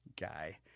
guy